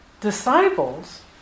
disciples